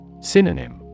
Synonym